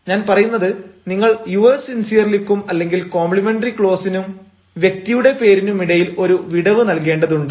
ഞാൻ പറയുന്നത് നിങ്ങൾ യുവേഴ്സ് സിൻസിയർലിക്കും അല്ലെങ്കിൽ കോംപ്ലിമെന്ററി ക്ലോസിനും വ്യക്തിയുടെ പേരിനുമിടയിൽ ഒരു വിടവ് നൽകേണ്ടതുണ്ട്